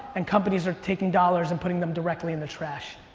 and companies are taking dollars and putting them directly in the trash.